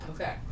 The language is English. Okay